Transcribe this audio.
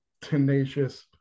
tenacious